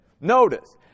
Notice